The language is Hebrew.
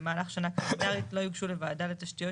במהלך שנה קלנדרית לא יוגשו לוועדה לתשתיות